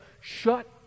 Shut